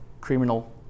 Criminal